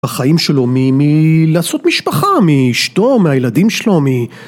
החיים שלו, ממי... לעשות משפחה. מאשתו מהילדים שלו מי